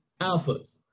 alphas